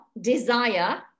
desire